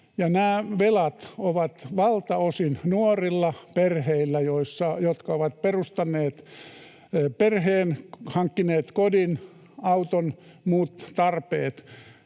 Nämä velat ovat valtaosin nuorilla perheillä, jotka ovat perustaneet perheen, hankkineet kodin, auton, muut tarpeet.